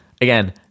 again